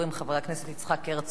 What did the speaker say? חבר הכנסת יצחק הרצוג,